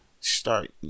start